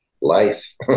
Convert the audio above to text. life